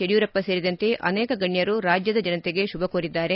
ಯಡಿಯೂರಪ್ಪ ಸೇರಿದಂತೆ ಅನೇಕ ಗಣ್ಣರು ರಾಜ್ಯದ ಜನತೆಗೆ ಶುಭ ಕೋರಿದ್ದಾರೆ